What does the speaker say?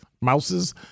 mouses